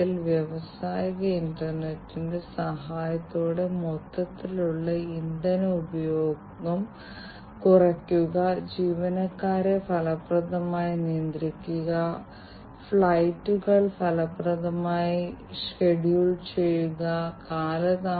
ഡാറ്റയുടെ അളവുമായി ബന്ധപ്പെട്ട് ഡാറ്റാ ഇന്റഗ്രേഷൻ വെല്ലുവിളികൾ ഉണ്ട് അത് വരുന്നു ഞങ്ങൾ ഡാറ്റയുടെ സങ്കീർണ്ണത ഡാറ്റയുടെ വൈവിധ്യം വരുന്നു ഒരു വലിയ വോളിയം എന്നിവയെക്കുറിച്ചാണ് സംസാരിക്കുന്നത് വലിയ വേഗതയിൽ തുടർച്ചയായി ഈ ഡാറ്റ വരുന്നു ഈ വ്യത്യസ്ത സെൻസറുകളും ആക്യുവേറ്ററുകളും